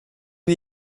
den